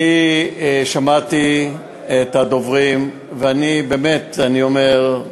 אני שמעתי את הדוברים, ואני, באמת, אני אומר,